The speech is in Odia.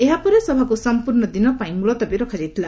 ଏହା ପରେ ସଭାକୃ ସମ୍ପର୍ଶ୍ଣ ଦିନ ପାଇଁ ମୁଲତବୀ ରଖାଯାଇଥିଲା